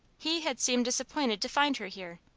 he had seemed disappointed to find her here.